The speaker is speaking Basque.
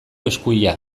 eskuila